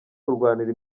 kurwanira